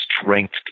strength